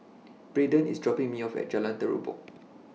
Braeden IS dropping Me off At Jalan Terubok